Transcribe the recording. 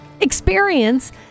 experience